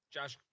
Josh